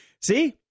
See